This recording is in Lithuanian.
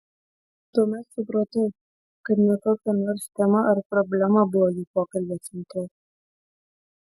tuomet supratau kad ne kokia nors tema ar problema buvo jų pokalbio centre